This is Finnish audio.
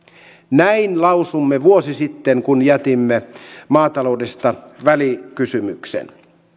näin lausuimme vuosi sitten kun jätimme maataloudesta välikysymyksen